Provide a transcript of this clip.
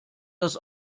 das